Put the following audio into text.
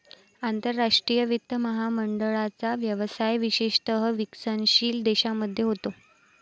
आंतरराष्ट्रीय वित्त महामंडळाचा व्यवसाय विशेषतः विकसनशील देशांमध्ये होतो